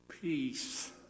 peace